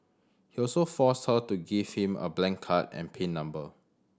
he also forced her to give him a blank card and pin number